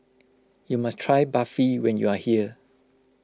you must try Barfi when you are here